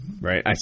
right